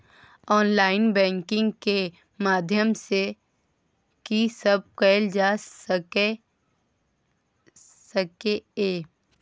Online banking के माध्यम सं की सब कैल जा सके ये?